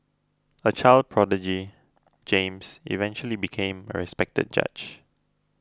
a child prodigy James eventually became a respected judge